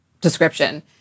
description